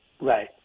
Right